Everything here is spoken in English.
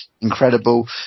incredible